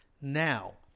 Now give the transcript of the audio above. Now